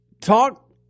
talk